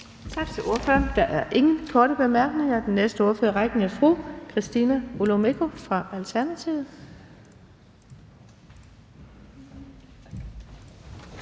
Tak til ordføreren. Der er ingen korte bemærkninger. Den næste ordfører i rækken er fru Christina Olumeko fra Alternativet.